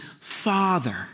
Father